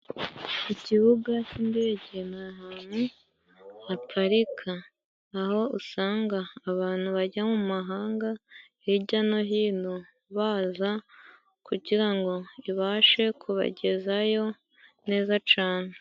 Ku kibuga cy'indege ni ahantu haparika. Aho usanga abantu bajya mu mahanga hirya no hino baza kugira ngo ibashe kubagezayo neza cane.